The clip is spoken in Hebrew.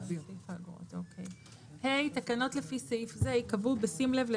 תיק התמרוק יהיה זמין לבדיקת המנהל